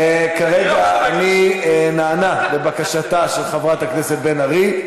אני נענה לבקשתה של חברת הכנסת בן ארי,